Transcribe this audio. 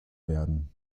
werden